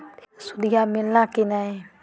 सुदिया मिलाना की नय?